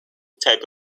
type